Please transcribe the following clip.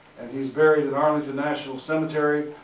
and he's buried at arlington national cemetery,